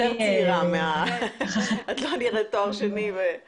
אני מאוד מאוד אוהבת את הטבע של הרי ירושלים שמבחינתי הוא בגדר